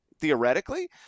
theoretically –